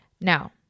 Now